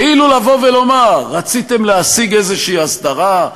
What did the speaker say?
כאילו לבוא ולומר: רציתם להשיג איזו הסדרה?